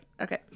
Okay